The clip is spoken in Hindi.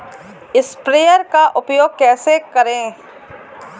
स्प्रेयर का उपयोग कैसे करें?